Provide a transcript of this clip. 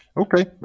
Okay